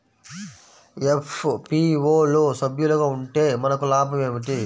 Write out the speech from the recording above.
FPO లో సభ్యులుగా ఉంటే మనకు లాభం ఏమిటి?